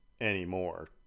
anymore